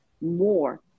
more